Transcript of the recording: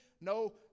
no